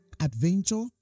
adventure